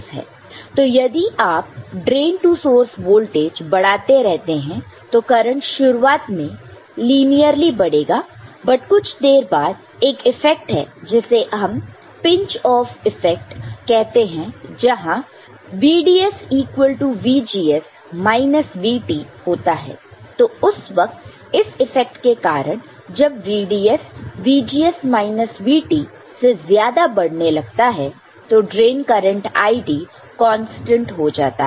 तो यदि आप ड्रेन टू सोर्स वोल्टेज बढ़ाते रहते हैं तो करंट शुरुआत में लिनियरली बढ़ेगा पर कुछ देर बाद एक इफेक्ट है जिसे हम पिंच ऑफ इफेक्ट कहते हैं जहां VDS equal to VGS minus VT होता है तो उस वक्त इस इफ़ेक्ट के कारण जब VDS VGS माइनस VTसे ज्यादा बढ़ने लगता हैं तो ड्रेन करंट ID कांस्टेंट हो जाता है